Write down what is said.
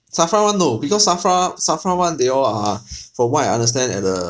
SAFRA [one] no because SAFRA SAFRA [one] they all are from what I understand at the